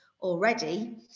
already